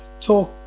talk